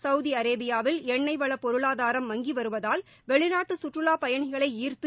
கௌதி அரேபியாவில் எண்ணொய் வள பொருளாதாரம் மங்கி வருவதால் வெளிநாட்டு கற்றுவாப் பயணிகளை ஈர்த்து